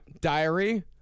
Diary